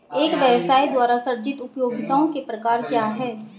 एक व्यवसाय द्वारा सृजित उपयोगिताओं के प्रकार क्या हैं?